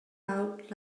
out